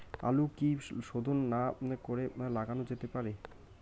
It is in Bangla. আলু কি শোধন না করে লাগানো যেতে পারে?